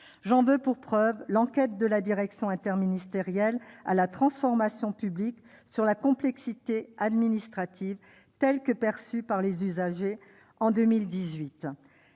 conclusions de l'enquête de la direction interministérielle de la transformation publique sur la complexité administrative, telle qu'elle est perçue par les usagers, en 2018.